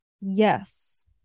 yes